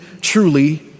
truly